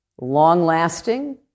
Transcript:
long-lasting